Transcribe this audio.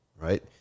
right